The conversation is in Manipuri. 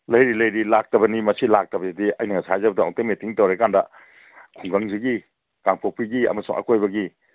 ꯂꯩꯔꯤ ꯂꯩꯔꯤ ꯂꯥꯛꯇꯕꯅꯤ ꯃꯁꯤ ꯂꯥꯛꯇꯕꯑꯗꯤ ꯑꯩꯅ ꯉꯁꯥꯏ ꯍꯥꯏꯖꯕꯗꯣ ꯑꯃꯨꯛꯇꯪ ꯃꯦꯇꯤꯡ ꯇꯧꯔꯦꯀꯥꯟꯗ ꯈꯨꯡꯒꯪꯁꯤꯒꯤ ꯀꯥꯡꯄꯣꯛꯄꯤꯒꯤ ꯑꯃꯁꯨꯡ ꯑꯀꯣꯏꯕꯒꯤ